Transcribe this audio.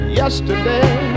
yesterday